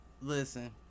Listen